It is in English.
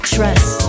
Trust